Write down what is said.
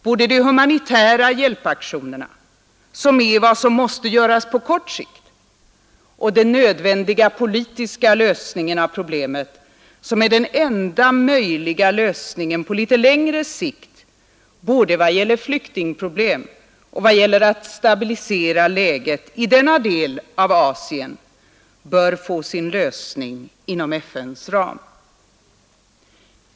Både de humanitära hjälpaktionerna — som är vad som måste göras på kort sikt — och den nödvändiga politiska lösningen av problemet, som är den enda möjliga lösningen på litet längre sikt både i vad det gäller flyktingproblem och i vad det gäller att stabilisera läget i denna del av Asien, bör få sin lösning inom FN:s ram.